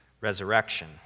resurrection